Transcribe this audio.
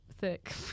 thick